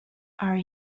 are